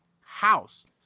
house